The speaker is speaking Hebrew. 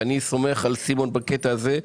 ואני סומך על סימון בקטע הזה,